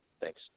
Thanks